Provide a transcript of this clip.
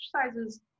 exercises